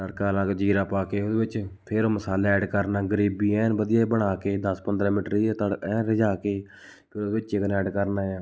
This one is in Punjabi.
ਤੜਕਾ ਲਾ ਕੇ ਜ਼ੀਰਾ ਪਾ ਕੇ ਉਹਦੇ ਵਿੱਚ ਫਿਰ ਉਹ ਮਸਾਲਾ ਐਡ ਕਰਨਾ ਗਰੇਬੀ ਐਨ ਵਧੀਆ ਬਣਾ ਕੇ ਦਸ ਪੰਦਰ੍ਹਾਂ ਮਿੰਟ ਰਿਜ ਤੜ ਐਨ ਰਿਜਾ ਕੇ ਫਿਰ ਉਹਦੇ ਵਿੱਚ ਚਿਕਨ ਐਡ ਕਰਨਾ ਹੈ